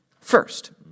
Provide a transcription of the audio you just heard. First